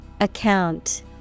Account